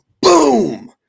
Boom